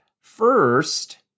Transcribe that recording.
First